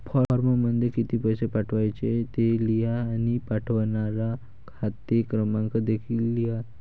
फॉर्ममध्ये किती पैसे पाठवायचे ते लिहा आणि पाठवणारा खाते क्रमांक देखील लिहा